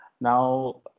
Now